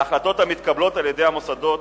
להחלטות המתקבלות על-ידי המוסדות,